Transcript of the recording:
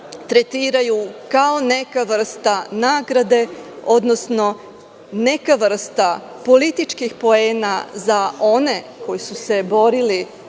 tretiraju kao neka vrsta nagrade, odnosno neka vrsta političkih poena za one koji su se borili